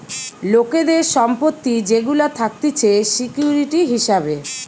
লোকের সম্পত্তি যেগুলা থাকতিছে সিকিউরিটি হিসাবে